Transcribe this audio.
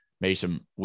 Mason